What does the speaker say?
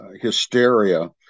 hysteria